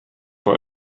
vor